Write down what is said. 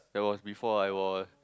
that was before I was